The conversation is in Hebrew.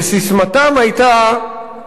וססמתם היתה: